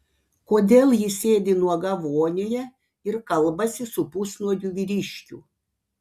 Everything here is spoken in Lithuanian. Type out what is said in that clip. kodėl ji sėdi nuoga vonioje ir kalbasi su pusnuogiu vyriškiu